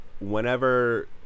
whenever